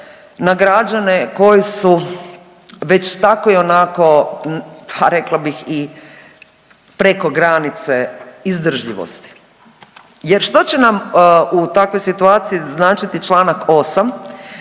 na građane koji su već tako i onako, ha rekla bih i preko granice izdržljivosti. Jer što će nam u takvoj situaciji značiti članak 8.